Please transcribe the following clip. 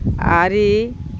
ᱟᱨᱮ